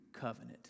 covenant